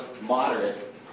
moderate